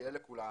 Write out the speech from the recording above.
ושיהיה לכולם